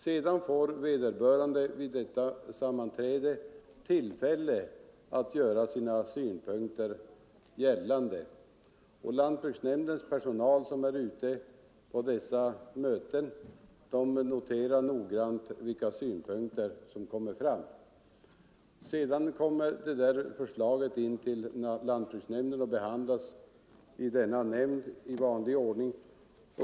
Sedan får vederbörande vid nästa sammanträde tillfälle att göra sina synpunkter gällande. Lantbruksnämndens personal noterar noggrant vilka synpunkter som kommer fram vid dessa möten. Därefter kommer förslaget in till lantbruksnämnden och behandlas i vanlig ordning.